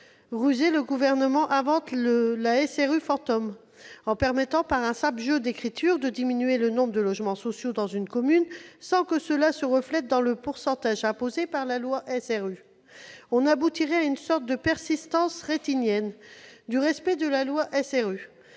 Rusé, le Gouvernement invente la « SRU fantôme », en permettant, par un simple jeu d'écriture, de diminuer le nombre de logements sociaux dans une commune sans que cela se reflète dans le pourcentage imposé par la loi SRU. On aboutirait ainsi à une sorte de persistance rétinienne du respect de la loi SRU,